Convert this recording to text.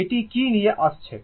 তো কি নিয়ে আসছে